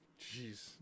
Jeez